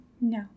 No